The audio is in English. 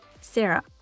Sarah